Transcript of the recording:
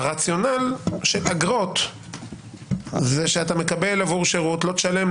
הרציונל של אגרות זה שאתה מקבל עבור שירות לא תשלם,